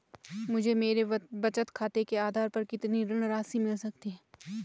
मुझे मेरे बचत खाते के आधार पर कितनी ऋण राशि मिल सकती है?